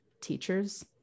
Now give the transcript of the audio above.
teachers